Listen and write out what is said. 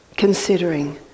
considering